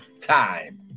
time